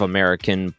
American